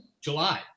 July